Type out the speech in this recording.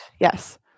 Yes